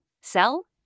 sell